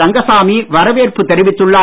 ரங்கசாமி வரவேற்பு தெரிவித்துள்ளார்